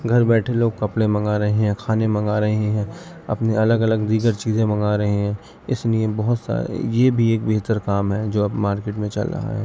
گھر بیٹھے لوگ کپڑے منگا رہے ہیں کھانے منگا رہے ہیں اپنے الگ الگ دیگر چیزیں منگا رہے ہیں اس لیے بہت سارے یہ بھی ایک بہتر کام ہے جو اب مارکیٹ میں چل رہا ہے